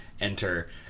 enter